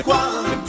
one